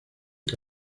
que